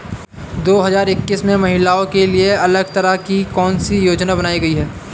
दो हजार इक्कीस में महिलाओं के लिए अलग तरह की कौन सी योजना बनाई गई है?